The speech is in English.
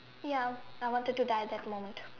ya I wanted to die that moment